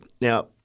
now